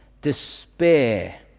despair